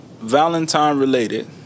Valentine-related